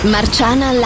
Marciana